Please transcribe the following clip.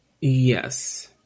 yes